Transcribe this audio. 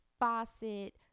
faucet